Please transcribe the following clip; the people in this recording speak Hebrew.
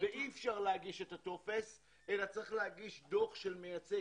ואי אפשר להגיש את הטופס אלא צריך להגיש דוח של מייצג,